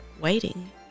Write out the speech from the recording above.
waiting